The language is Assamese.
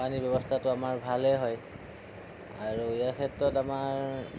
পানীৰ ব্যৱস্থাটো আমাৰ ভালেই হয় আৰু এই ক্ষেত্ৰত আমাৰ